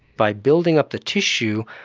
by building up the tissue,